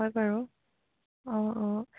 হয় বাৰু অঁ অঁ